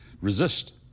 resist